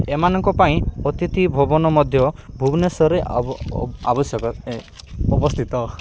ଏମାନଙ୍କ ପାଇଁ ଅତିଥି ଭବନ ମଧ୍ୟ ଭୁବନେଶ୍ୱରରେ ଆବଶ୍ୟକ ଅବସ୍ଥିତ